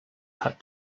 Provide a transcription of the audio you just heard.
had